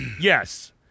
Yes